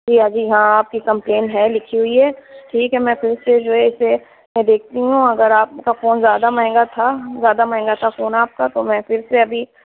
جی ابھی ہاں آپ کی کمپلین ہے لکھی ہوئی ہے ٹھیک ہے میں پھر سے جو ہے اسے میں دیکھتی ہوں اگر آپ کا فون زیادہ مہنگا تھا زیادہ مہنگا تھا فون آپ کا تو میں پھر سے ابھی